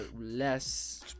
less